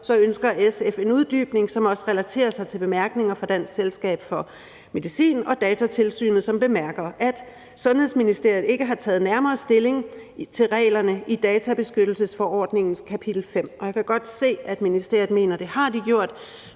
ønsker SF en uddybning, som også relaterer sig til bemærkningerne fra Dansk Selskab for Almen Medicin og Datatilsynet, som bemærker, at Sundhedsministeriet ikke har taget nærmere stilling til reglerne i databeskyttelsesforordningens kapitel 5, og jeg kan godt se, at ministeriet mener, at det har de gjort,